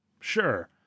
Sure